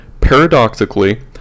Paradoxically